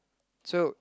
so